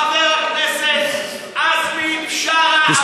חבר הכנסת עזמי בשארה הבוגד,